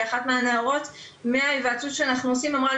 שאחת מהנערות מההיוועצות שאנחנו עושים אמרה,